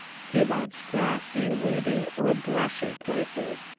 he loves grassy, weedy or brushy places.